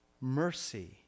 mercy